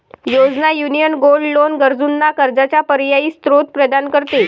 योजना, union gold loan गरजूंना कर्जाचा पर्यायी स्त्रोत प्रदान करते